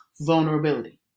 vulnerability